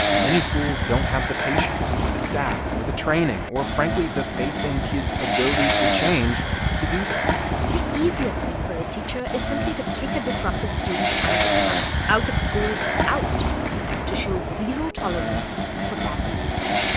many schools don't have the patience or the staff or the training or, frankly, the faith in kids' ability to change to do this the easiest thing for a teacher is simply to kick a disruptive student out of class, out of school out to show zero tolerance for bad behavior.